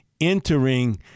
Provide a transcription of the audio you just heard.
entering